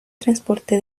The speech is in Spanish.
transporte